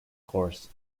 course